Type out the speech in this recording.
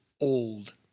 old